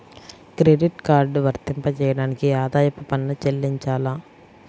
Credit card వర్తింపజేయడానికి ఆదాయపు పన్ను చెల్లించాలా?